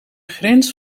grens